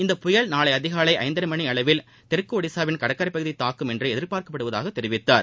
இந்த புயல் நாளை அதிகாலை ஐந்தரை மணியளவில் தெற்கு ஒடிசா கடற்பகுதியை தாக்கும் என்று எதிர்பார்க்கப்படுவதாக தெரிவித்தார்